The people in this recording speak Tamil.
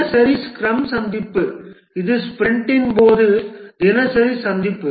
தினசரி ஸ்க்ரம் சந்திப்பு இது ஸ்பிரிண்டின் போது தினசரி சந்திப்பு